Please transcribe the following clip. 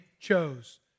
chose